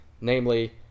namely